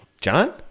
John